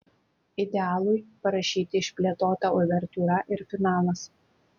idealui parašyti išplėtota uvertiūra ir finalas